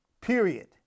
Period